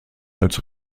als